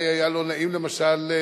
אולי היה לא נעים, למשל,